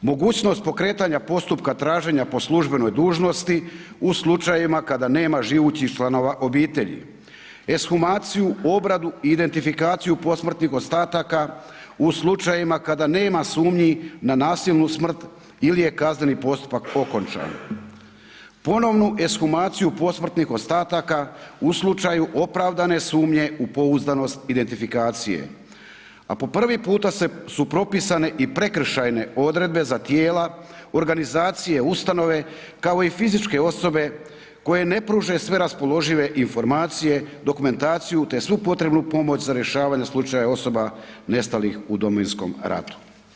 Mogućnost pokretanja postupka traženja po službenoj dužnosti u slučajevima kada nema živućih članova obitelji, ekshumaciju, obradu i identifikaciju posmrtnih ostataka u slučajevima kada nema sumnji na nasilnu smrt ili je kazneni postupak okončan, ponovnu ekshumaciju posmrtnih ostataka u slučaju opravdane sumnje u pouzdanost identifikacije, a po prvi puta se, su propisane i prekršajne odredbe za tijela, organizacije, ustanove kao i fizičke osobe koje ne pruže sve raspoložive informacije, dokumentaciju te svu potrebnu pomoć za rješavanje slučajeva osoba nestalih u Domovinskom ratu.